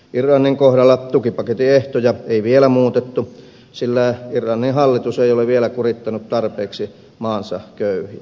irlannin kohdalla tukipaketin ehtoja ei vielä muutettu sillä irlannin hallitus ei ole vielä kurittanut tarpeeksi maansa köyhiä